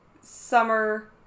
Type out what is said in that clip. summer